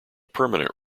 permanent